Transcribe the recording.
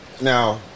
now